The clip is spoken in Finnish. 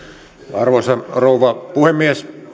arvoisa rouva puhemies